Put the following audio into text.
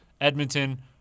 edmonton